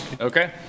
Okay